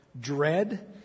dread